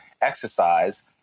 exercise